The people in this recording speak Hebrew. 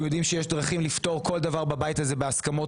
אתם יודעים שיש דרכים לפתור כל דבר בבית הזה בהסכמות